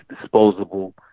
disposable